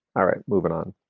all right. moving on